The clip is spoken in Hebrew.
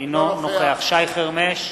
אינו נוכח שי חרמש,